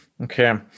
Okay